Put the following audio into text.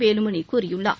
வேலுமணி கூறியுள்ளார்